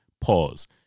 pause